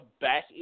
back